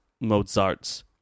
Mozart's